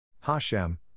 Hashem